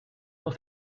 cent